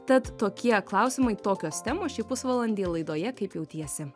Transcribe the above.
tad tokie klausimai tokios temos šį pusvalandį laidoje kaip jautiesi